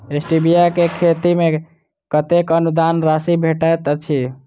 Stevia केँ खेती मे कतेक अनुदान राशि भेटैत अछि?